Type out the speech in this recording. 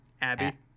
Abby